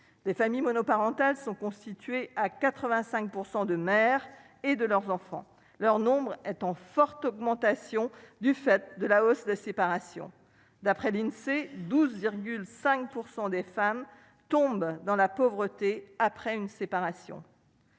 les familles monoparentales sont constituées à 85 % de mères et de leurs enfants, leur nombre est en forte augmentation du fait de la hausse de séparation, d'après l'Insee, 12,5 % des femmes tombent dans la pauvreté après une séparation.